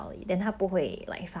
orh okay